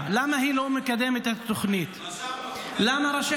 למה היא לא מקדמת את התוכנית ------- למה ראשי